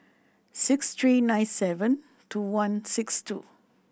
six three nine seven two one six two